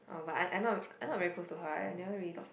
oh but I I not I not very close to her I never really talk to her